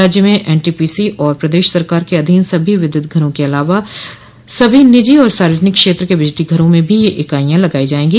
राज्य में एनटीपीसी और प्रदेश सरकार के अधीन सभी विद्युत घरों के अलावा सभी निजी और सार्वजनिक क्षेत्र के बिजली घरों में भी यह इकाईयां लगाई जायेंगी